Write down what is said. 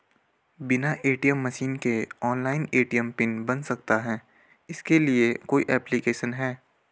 बिना ATM machine के online ATM pin बन सकता है इसके लिए कोई ऐप्लिकेशन है?